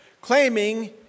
claiming